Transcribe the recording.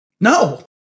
No